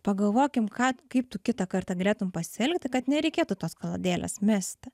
pagalvokim ką kaip tu kitą kartą galėtum pasielgti kad nereikėtų tos kaladėlės mesti